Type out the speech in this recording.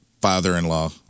father-in-law